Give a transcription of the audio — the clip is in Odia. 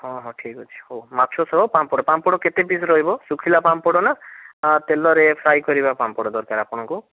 ହଁ ହଁ ଠିକ୍ ଅଛି ହଉ ମାଛ ସହ ପାମ୍ପଡ଼ ପାମ୍ପଡ଼ କେତେ ପିସ୍ ରହିବ ଶୁଖିଲା ପାମ୍ପଡ଼ ନା ତେଲରେ ଫ୍ରାଏ କରିବା ପାମ୍ପଡ଼ ଦରକାର ଆପଣଙ୍କୁ